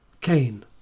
Cain